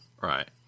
Right